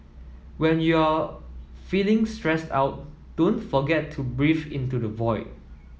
when you are feeling stressed out don't forget to breathe into the void